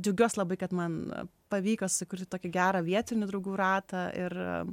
džiaugiuos labai kad man pavyko sukurti tokį gerą vietinių draugų ratą ir